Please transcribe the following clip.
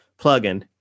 plugin